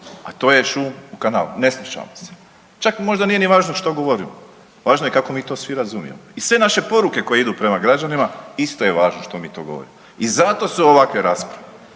a to je šum u kanalu, ne slušamo se, čak možda nije ni važno što govorimo, važno je kako mi to svi razumijemo. I sve naše poruke koje idu prema građanima isto je važno što mi to govorimo i zato su ovakve rasprave